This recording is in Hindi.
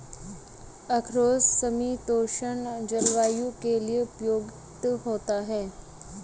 अखरोट समशीतोष्ण जलवायु के लिए उपयुक्त होता है